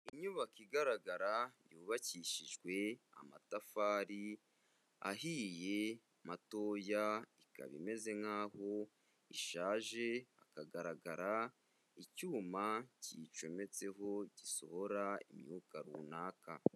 Inyubako igaragara yubakishijwe amatafari ahiye, matoya, ikaba imeze nk'aho ishaje hakagaragara icyuma kiyicometseho gisohora imyuka runaka.